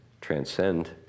transcend